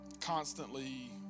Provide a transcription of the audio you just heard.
constantly